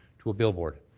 to a billboard.